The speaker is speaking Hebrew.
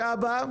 לפגישה הבאה?